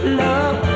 love